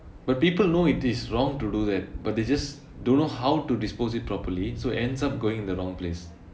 but people know it is wrong to do that but they just don't know how to dispose it properly so it ends up going in the wrong place